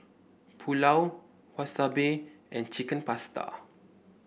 Pulao Wasabi and Chicken Pasta